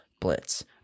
Blitz